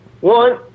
One